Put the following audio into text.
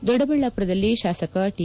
ದೊಡ್ಡಬಳ್ಳಾಪುರದಲ್ಲಿ ಶಾಸಕ ಟಿ